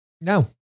No